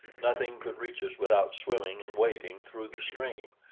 nothing could reach us without swimming and wading through the stream,